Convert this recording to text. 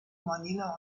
manila